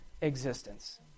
existence